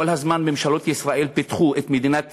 כל הזמן ממשלות ישראל פיתחו את מדינת